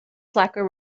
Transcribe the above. slacker